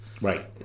Right